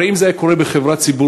הרי אם זה היה קורה בחברה ציבורית,